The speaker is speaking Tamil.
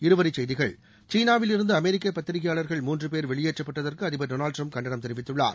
இருவரி செய்திகள் சீனாவிலிருந்து அமெரிக்க பத்திரிக்கையாளா்கள் மூன்று பேர் வெளியேற்றப்பட்டதற்கு அதிபா் டொனால்ட் ட்ரம்ப் கண்டனம் தெரிவித்துள்ளார்